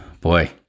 Boy